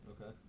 Okay